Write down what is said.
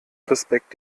respekt